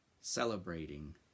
Celebrating